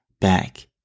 back